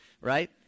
right